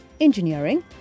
Engineering